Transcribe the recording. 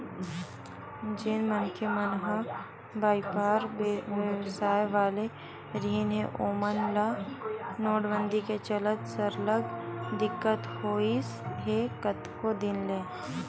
जेन मनखे मन ह बइपार बेवसाय वाले रिहिन हे ओमन ल नोटबंदी के चलत सरलग दिक्कत होइस हे कतको दिन ले